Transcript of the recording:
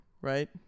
right